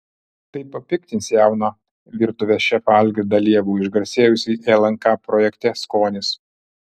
tai papiktins jauną virtuvės šefą algirdą liebų išgarsėjusį lnk projekte skonis